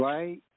Right